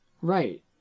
Right